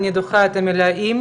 אני דוחה את המילה 'אם',